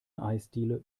eisdiele